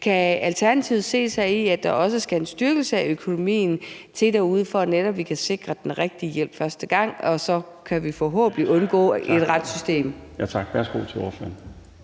Kan Alternativet se sig i, at der også skal en styrkelse af økonomien til derude, for at vi netop kan sikre den rigtige hjælp første gang, og at så kan vi forhåbentlig undgå et retssystem? Kl. 19:53 Den fg.